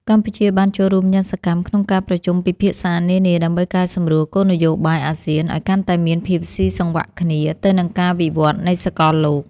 កម្ពុជាបានចូលរួមយ៉ាងសកម្មក្នុងការប្រជុំពិភាក្សានានា ដើម្បីកែសម្រួលគោលនយោបាយអាស៊ានឱ្យកាន់តែមានភាពស៊ីសង្វាក់គ្នាទៅនឹងការវិវត្តនៃសកលលោក។